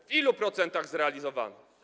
W ilu procentach zrealizowane?